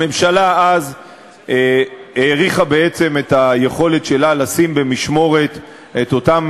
הממשלה אז האריכה בעצם את היכולת שלה לשים במשמורת את אותם